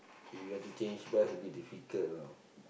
if you want to change bus a bit difficult know